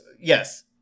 yes